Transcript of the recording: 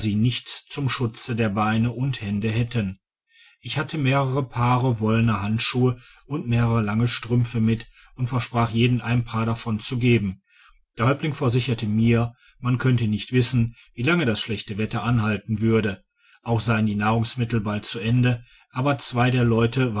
nichts zum schutze der beine und hände hätten ich hatte mehrere paare wollene handschuhe und mehrere lange strümpfe mit und versprach jedem ein paar davon zu geben der häuptling versicherte mir man könnte nicht wissen wie lange das schlechte wetter anhalten würde auch seien die nahrungsmittel bald zu ende aber zwei der leute